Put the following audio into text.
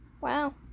Wow